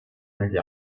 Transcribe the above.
negli